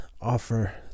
offer